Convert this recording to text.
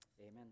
Amen